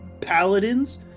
Paladins